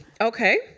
Okay